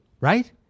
right